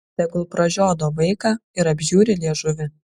tegul pražiodo vaiką ir apžiūri liežuvį